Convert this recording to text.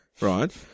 right